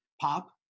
pop